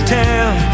town